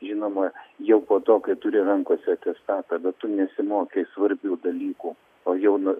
žinoma jau po to kai turi rankose atestatą bet tu nesimokei svarbių dalykų o jauna